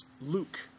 Luke